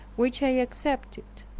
which i accepted